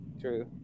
True